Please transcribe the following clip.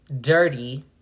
dirty